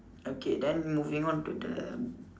okay then moving on to the